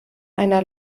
einer